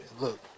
look